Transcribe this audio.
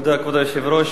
כבוד היושב-ראש,